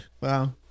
Wow